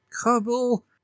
Cobble